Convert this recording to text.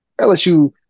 LSU